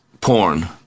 porn